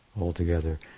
altogether